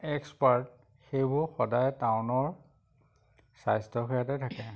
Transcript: expert সেইবোৰ সদায় টাউনৰ স্বাস্থ্যসেৱাতে থাকে